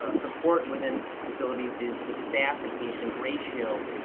ah support within facilities is the staff-to-patient ratio.